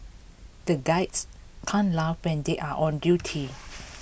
the guys can laugh when they are on duty